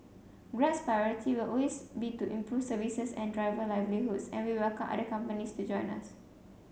grab's priority will always be to improve services and driver livelihoods and we welcome other companies to join us